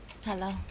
Hello